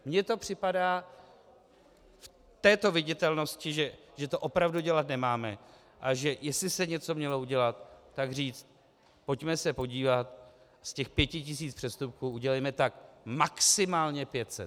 Mně to připadá v této viditelnosti, že to opravdu dělat nemáme, a že jestli se něco opravdu udělat, tak říct: pojďme se podívat, z těch pěti tisíc přestupků udělejme tak maximálně pět set.